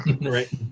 Right